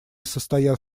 состоят